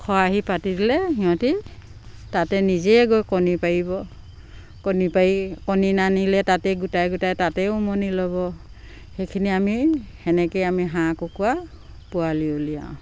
খৰাহি পাতি দিলে সিহঁতি তাতে নিজে গৈ কণী পাৰিব কণী পাৰি কণী নানিলে তাতেই গোটাই গোটাই তাতেইও উমনি ল'ব সেইখিনি আমি সেনেকেই আমি হাঁহ কুকুৰা পোৱালি উলিয়াও